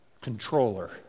controller